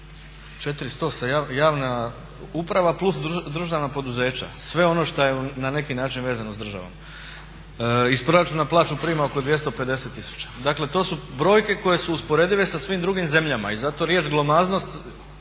400 javna uprava plus državna poduzeća, sve ono što je na neki način vezano s državom. Iz proračuna plaću prima oko 250 tisuća. Dakle to su brojke koje su usporedive sa svim drugim zemljama i zato riječ glomaznost